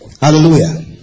Hallelujah